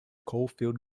caulfield